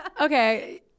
Okay